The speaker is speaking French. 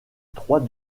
trois